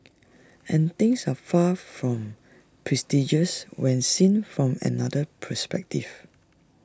and things are far from prestigious when seen from another perspective